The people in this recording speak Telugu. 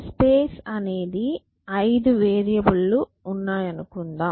స్పేస్ అనేది 5 వేరియబుల్ లు ఉన్నాయనుకుందాం